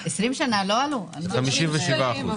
ב-57%.